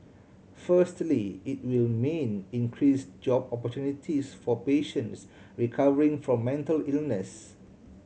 firstly it will mean increased job opportunities for patients recovering from mental illness